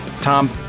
Tom